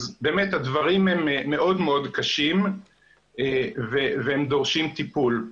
אז באמת הדברים הם מאוד מאוד קשים והם דורשים טיפול.